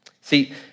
See